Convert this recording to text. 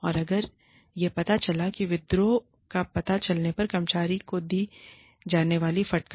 और अगर यह पता चला है और विद्रोह का पता चलने पर कर्मचारियों को दी जाने वाली फटकार